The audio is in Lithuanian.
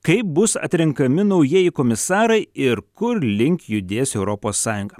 kaip bus atrenkami naujieji komisarai ir kur link judės europos sąjunga